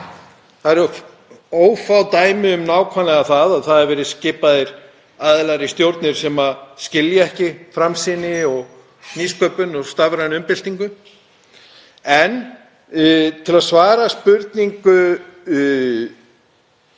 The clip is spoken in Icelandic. Það eru ófá dæmi um nákvæmlega það að það hafi verið skipaðir aðilar í stjórnir sem ekki skilja framsýni og nýsköpun og stafræna umbyltingu. En svo ég svari spurningu